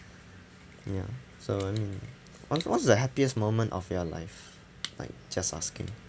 ya so I mean what's what's the happiest moment of your life like just asking